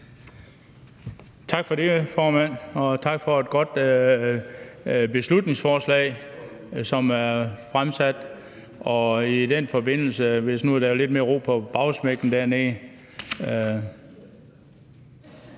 Tak for det, formand, og tak for et godt beslutningsforslag, og i den forbindelse kunne vi måske få lidt mere ro på bagsmækken dernede.